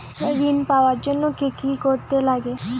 ঋণ পাওয়ার জন্য কি কি করতে লাগে?